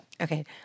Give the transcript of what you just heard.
Okay